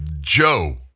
Joe